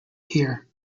here